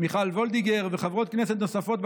מיכל וולדיגר וחברות כנסת נוספות,